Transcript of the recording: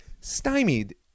stymied